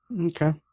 Okay